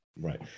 right